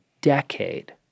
decade